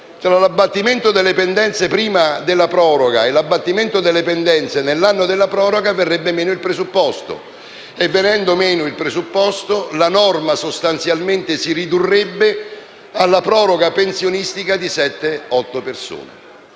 tra l'abbattimento delle pendenze prima della proroga e l'abbattimento delle pendenze nell'anno della proroga, verrebbe meno il presupposto e, venendo meno il presupposto, la norma sostanzialmente si ridurrebbe alla proroga pensionistica di sette